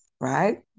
right